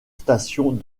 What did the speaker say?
stations